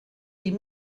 die